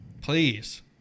Please